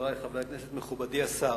חברי חברי הכנסת, מכובדי השר,